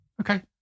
okay